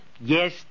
Yes